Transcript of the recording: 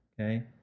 Okay